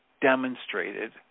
demonstrated